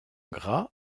gras